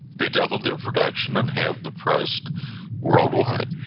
they doubled their production and halved the price worldwide.